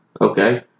okay